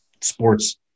sports